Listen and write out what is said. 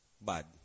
bad